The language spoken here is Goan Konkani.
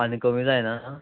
आनी कमी जायना